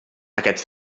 aquests